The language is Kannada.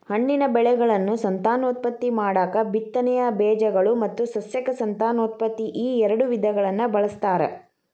ಹಣ್ಣಿನ ಬೆಳೆಗಳನ್ನು ಸಂತಾನೋತ್ಪತ್ತಿ ಮಾಡಾಕ ಬಿತ್ತನೆಯ ಬೇಜಗಳು ಮತ್ತು ಸಸ್ಯಕ ಸಂತಾನೋತ್ಪತ್ತಿ ಈಎರಡು ವಿಧಗಳನ್ನ ಬಳಸ್ತಾರ